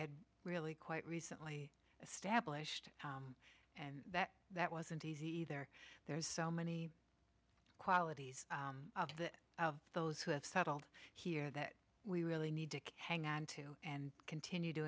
had really quite recently established and that that wasn't easy there there's so many qualities that those who have settled here that we really need to hang on to and continue to